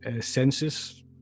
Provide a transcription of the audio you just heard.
census